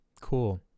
Cool